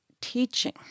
teaching